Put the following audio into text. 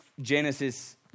Genesis